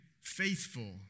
faithful